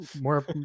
more